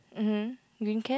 mhm green cap